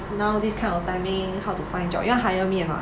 now this kind of timing how to find job you wanna hire me or not